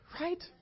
right